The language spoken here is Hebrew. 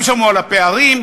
הם שמעו על הפערים?